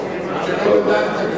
פיצויים.